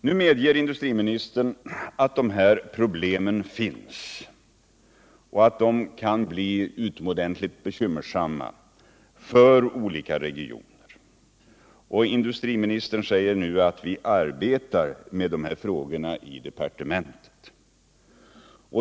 Nu medger industriministern att de här problemen finns och att de kan bli utomordentligt bekymmersamma för olika regioner, och han säger: Vi arbetar med de här frågorna i departementet.